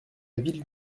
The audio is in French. ville